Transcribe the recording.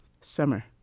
Summer